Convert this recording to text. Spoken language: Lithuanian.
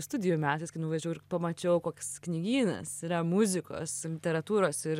studijų metais kai nuvažiavau ir pamačiau koks knygynas yra muzikos literatūros ir